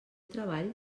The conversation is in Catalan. treball